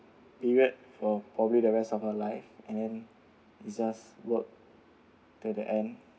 period for probably the rest of our life and then is just work until the end